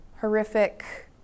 horrific